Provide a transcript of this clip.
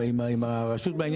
עם הרשות בעניין,